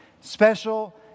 Special